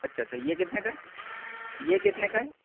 अच्छा अच्छा ये कितने का है ये कितने का है